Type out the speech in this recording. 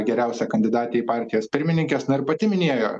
geriausią kandidatę į partijos pirmininkes na ir pati minėjo